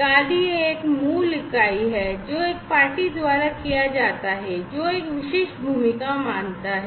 कार्य एक मूल इकाई है जो एक पार्टी द्वारा किया जाता है जो एक विशिष्ट भूमिका मानता है